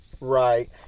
Right